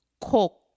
Cook